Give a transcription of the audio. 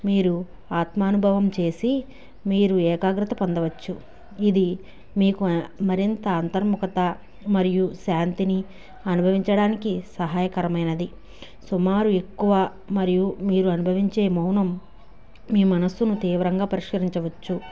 మీరు ఆత్మనూభవం చేసి మీరు ఏకాగ్రత పొందవచ్చు ఇది మీకు మరింత అంతర్ముఖత మరియు శాంతిని అనుభవించడానికి సహాయకరమైనది సుమారు ఎక్కువ మరియు మీరు అనుభవించే మౌనం మీ మనసును తీవ్రంగా పరిష్కరించవచ్చు